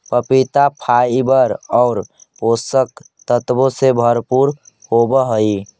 पपीता फाइबर और पोषक तत्वों से भरपूर होवअ हई